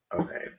Okay